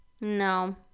No